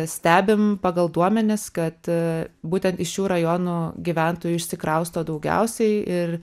stebim pagal duomenis kad būtent iš šių rajonų gyventojų išsikrausto daugiausiai ir